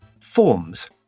forms